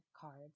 Cards